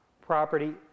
property